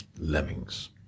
Lemmings